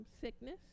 sickness